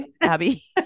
Abby